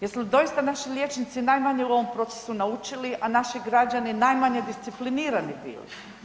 Jesu li doista naši liječnici najmanje u ovom procesu naučili, a naši građani najmanje disciplinirani bili?